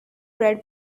red